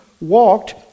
walked